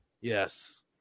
Yes